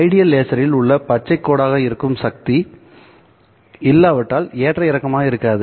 ideal லேசரில் உள்ள பச்சைக் கோடாக இருக்கும் சக்தி இல்லாவிட்டால் ஏற்ற இறக்கமாக இருக்காது